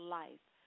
life